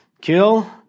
Kill